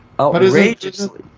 outrageously